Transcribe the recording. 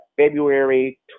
February